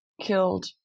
killed